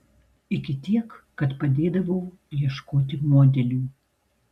iki tiek kad padėdavau ieškoti modelių